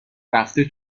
رفته